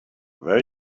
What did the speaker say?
very